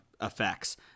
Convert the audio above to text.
effects